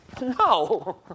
No